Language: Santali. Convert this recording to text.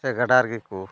ᱥᱮ ᱜᱟᱰᱟ ᱨᱮᱜᱮ ᱠᱚ